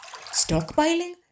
Stockpiling